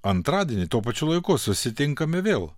antradienį tuo pačiu laiku susitinkame vėl